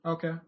Okay